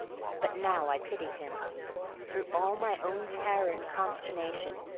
but now i pitied him through all my own terror and consternation,